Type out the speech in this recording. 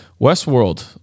westworld